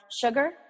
sugar